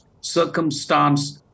circumstance